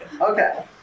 Okay